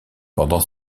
pendant